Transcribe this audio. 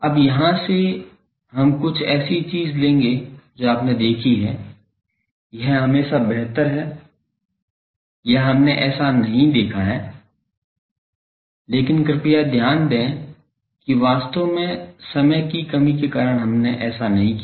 अब यहां से हम कुछ ऐसी चीजें लेंगे जो आपने देखी हैं यह हमेशा बेहतर है या हमने ऐसा नहीं देखा है लेकिन कृपया ध्यान दें कि वास्तव में समय की कमी के कारण हमने ऐसा नहीं किया